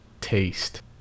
taste